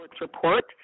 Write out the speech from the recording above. report